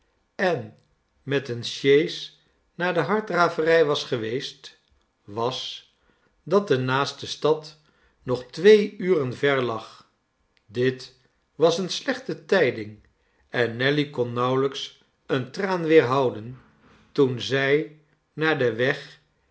en met eene sjees naar de harddraverij was geweest was dat de naaste stad nog twee uren ver lag dit was eene slechte tijding en nelly kon nauwelijks een traan weerhouden toen zij naar den weg